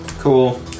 cool